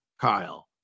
Kyle